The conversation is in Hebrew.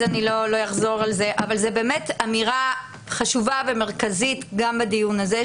אז אני לא אחזור על זה אבל זו באמת אמירה חשובה ומרכזית גם בדיון הזה,